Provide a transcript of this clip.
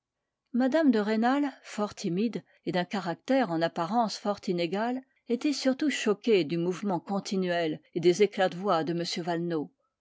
mme de rênal fort timide et d'un caractère en apparence fort inégal était surtout choquée du mouvement continuel et des éclats de voix de